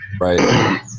Right